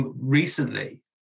recently